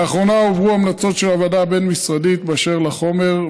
לאחרונה הועברו המלצות של הוועדה הבין-משרדית באשר לחומר,